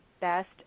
best